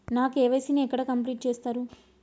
నా కే.వై.సీ ని ఎక్కడ కంప్లీట్ చేస్తరు?